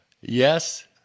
Yes